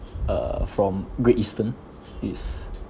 uh from Great Eastern is